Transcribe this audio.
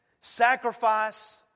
sacrifice